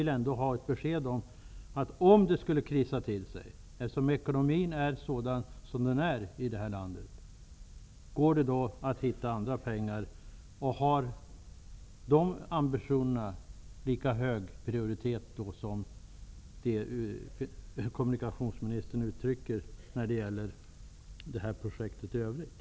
Med tanke på att ekonomin är sådan som den är i det här landet, vill jag ha ett besked om huruvida det går att finna andra pengar om det skulle ''krisa till sig''? Och skulle ambitionen då vara lika hög som den ambition som kommunikationsministern ger uttryck för när det gäller projektet i övrigt?